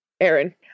Aaron